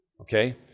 Okay